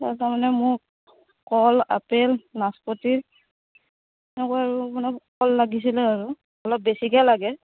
তাৰ কাৰণে মোক কল আপেল নাচপতি এনেকুৱা আৰু মানে ফল লাগিছিলে আৰু অলপ বেছিকে লাগে